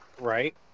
Right